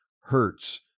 hurts